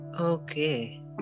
okay